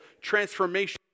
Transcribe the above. transformation